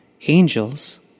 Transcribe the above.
angels